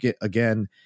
again